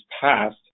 passed